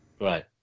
Right